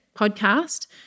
podcast